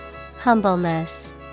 Humbleness